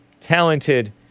Talented